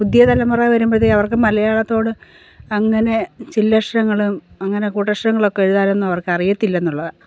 പുതിയതലമുറ വരുമ്പോഴത്തേക്ക് അവർക്ക് മലയാളത്തോട് അങ്ങനെ ചില്ലക്ഷരങ്ങളും അങ്ങനെ കൂട്ടക്ഷരങ്ങളൊക്കെ എഴുതാനൊന്നും അവർക്ക് അറിയത്തില്ല എന്നുള്ളതാ